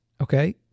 Okay